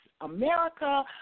America